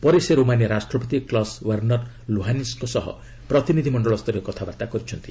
ପରେ ସେ ରୋମାନିଆ ରାଷ୍ଟ୍ରପତି କ୍ଲସ୍ ଓ୍ୱେର୍ଷର୍ ଲୋହାନିସ୍କ ସହ ପ୍ରତିନିଧି ମଣ୍ଡଳସ୍ତରୀୟ କଥାବାର୍ତ୍ତା କରିଛନ୍ତି